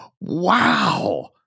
Wow